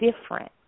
different